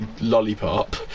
lollipop